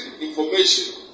information